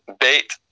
bait